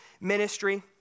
ministry